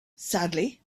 sadly